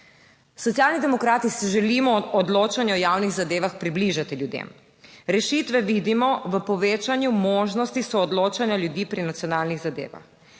Socialni demokrati si želimo odločanje o javnih zadevah približati ljudem, rešitve vidimo v povečanju možnosti soodločanja ljudi pri nacionalnih zadevah.